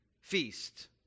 feast